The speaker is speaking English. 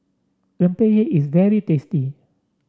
Rempeyek is very tasty